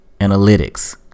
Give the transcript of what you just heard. analytics